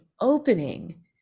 opening